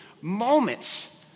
moments